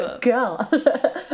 Girl